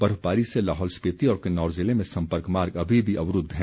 बर्फबारी से लाहौल स्पीति और किन्नौर जिले में संपर्क मार्ग अभी भी अवरूद्ध है